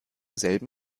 selben